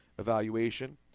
Evaluation